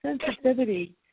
sensitivity